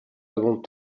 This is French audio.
avons